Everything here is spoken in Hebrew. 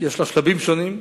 יש בה שלבים שונים.